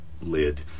lid